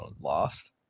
lost